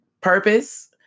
purpose